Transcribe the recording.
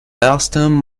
ersten